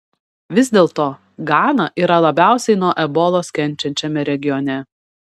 vis dėlto gana yra labiausiai nuo ebolos kenčiančiame regione